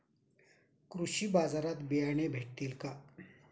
कृषी बाजारात बियाणे भेटतील का?